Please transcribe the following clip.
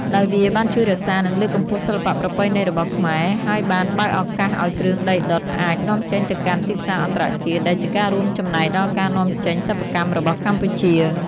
ដោយវាបានជួយរក្សា និងលើកកម្ពស់សិល្បៈប្រពៃណីរបស់ខ្មែរ ហើយបានបើកឱកាសឲ្យគ្រឿងដីដុតអាច នាំចេញទៅកាន់ទីផ្សារអន្តរជាតិ ដែលជាការរួមចំណែកដល់ការនាំចេញសិប្បកម្មរបស់កម្ពុជា។